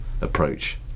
approach